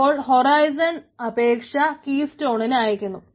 പിന്നെ horizon HTTP അപേക്ഷ കീസ്റ്റോണിന് അയക്കുന്നു